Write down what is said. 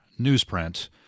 newsprint